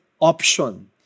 option